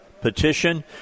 petition